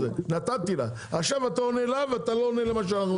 עכשיו אתה עונה לה ואתה לא עונה למה ששאלו.